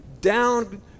down